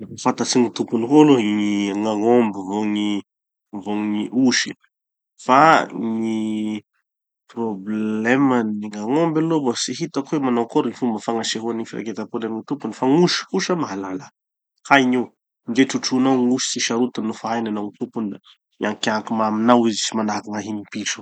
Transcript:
Mahafantatsy gny tompony koa aloha gny gn'agnomby vô gny vô gny osy. Fa gny probleman'ny gn'agnomby aloha mbo tsy hitako hoe manao akory gny fomba fagnasehoany gny firaketam-pony amy gny tompony. Fa gn'osy kosa mahalala. Hainy io. Ndre trotronao gn'osy tsy sarotiny nofa hainy hanao tompony. Da miankianky ma- aminao izy sy manahaky gn'ahin'ny piso io.